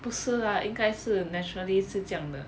不是 lah 应该是 naturally 是这样的